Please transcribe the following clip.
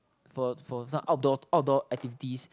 for for some outdoor outdoor activities